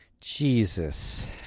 Jesus